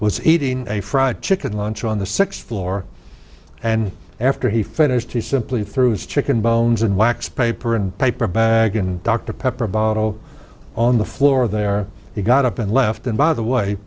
was eating a fried chicken lunch on the sixth floor and after he finished he simply threw his chicken bones and wax paper and paper bag and dr pepper bottle on the floor there he got up and left and by the way